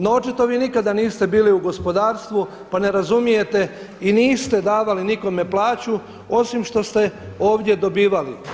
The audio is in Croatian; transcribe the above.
No očito vi nikada niste bili u gospodarstvu pa ne razumijete i niste davali nikome plaću osim što ste ovdje dobivali.